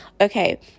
Okay